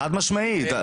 חד משמעית.